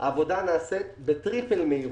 נעשית בטריפל מהירות.